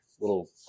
little